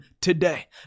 today